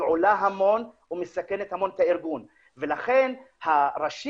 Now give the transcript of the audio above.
היא עולה המון ומסכנת המון את הארגון ולכן הראשים